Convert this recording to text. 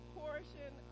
portion